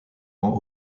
ans